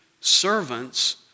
servants